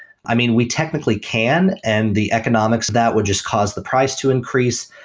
i mean, we technically can and the economics that would just cause the price to increase,